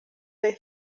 they